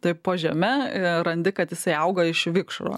tai po žeme randi kad jisai auga iš vikšro